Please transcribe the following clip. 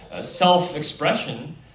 self-expression